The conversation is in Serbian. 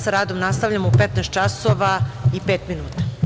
Sa radom nastavljamo u 15 časova i pet minuta.